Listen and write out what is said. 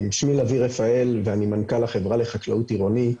שמי לביא רפאל, אני מנכ"ל החברה לחקלאות עירונית.